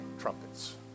trumpets